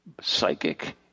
psychic